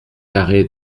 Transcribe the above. carré